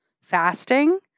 fasting